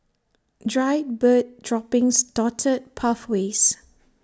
dried bird droppings dotted pathways